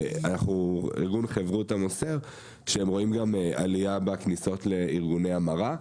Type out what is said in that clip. ארגון חברותא מוסר שהם רואים גם עלייה בכניסות לארגוני המרה,